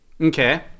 Okay